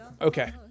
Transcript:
Okay